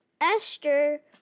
esther